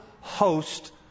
host